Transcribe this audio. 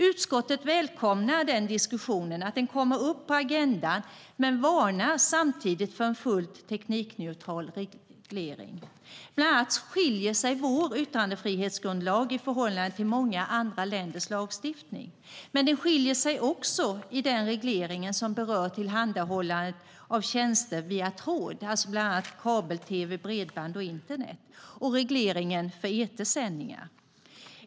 Utskottet välkomnar att diskussionen kommer upp på agendan men varnar samtidigt för en fullt teknikneutral reglering. Bland annat skiljer sig vår yttrandefrihetsgrundlag i förhållande till många andra länders lagstiftning, men det skiljer sig också i den reglering som berör tillhandahållandet av tjänster via tråd, alltså bland annat kabel-tv, bredband och internet, och regleringen för etersändningar.